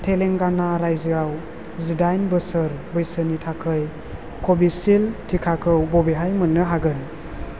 तेलेंगाना रायजोआव जिडाइन बोसोर बैसोनि थाखाय कविसिल्द टिकाखौ बबेहाय मोन्नो हागोन